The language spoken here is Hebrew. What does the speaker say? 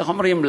איך אומרים,